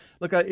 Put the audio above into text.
Look